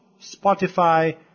Spotify